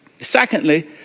Secondly